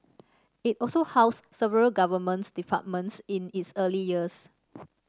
it also housed several Government departments in its early years